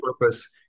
purpose